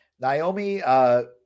Naomi